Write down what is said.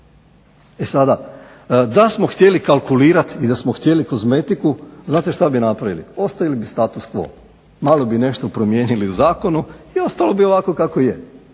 E sada, da smo htjeli kalkulirat i da smo htjeli kozmetiku znate šta bi napravili, ostavili bi status quo. Malo bi nešto promijenili u zakonu, i ostalo bi ovako kako je.